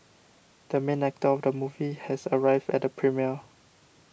the main actor of the movie has arrived at the premiere